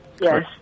Yes